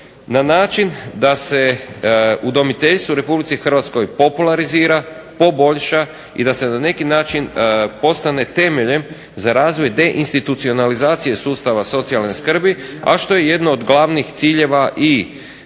na način da se udomiteljstvo u Republici Hrvatskoj popularizira, poboljša i da se na neki način postane temeljem za razvoj deinstitucionalizacije sustava socijalne skrbi, a što je jedno od glavnih ciljeva i